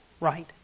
right